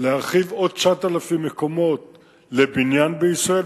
להרחיב עוד 9,000 מקומות לבניין בישראל,